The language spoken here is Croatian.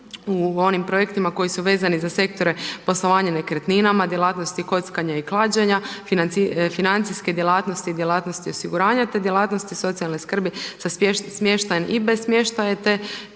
u onim projektima koji su vezani za sektore poslovanje nekretninama, djelatnosti kockanja i klađenja, financijske djelatnosti, djelatnosti osiguranja te djelatnosti socijalne skrbi sa smještajem i bez smještaja te